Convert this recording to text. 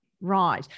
Right